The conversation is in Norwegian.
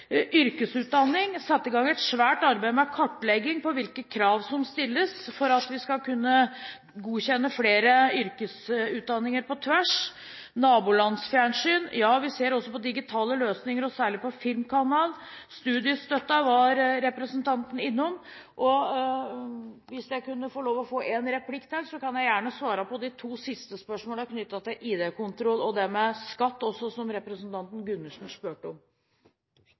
yrkesutdanning, har vi satt vi i gang et svært arbeid med kartlegging av hvilke krav som stilles for at vi skal kunne godkjenne flere yrkesutdanninger på tvers. Når det gjelder nabolandsfjernsyn, ser vi også på digitale løsninger, og særlig på filmkanal. Studiestøtten var representanten innom. – Hvis jeg kunne få et innlegg til, kan jeg gjerne svare på de to siste spørsmålene knyttet til ID-kontroll og det med skatt også, som representanten Gundersen spurte om.